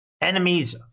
enemies